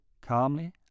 calmly